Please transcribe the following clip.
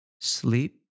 sleep